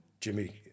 Jimmy